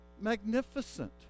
magnificent